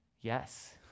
Yes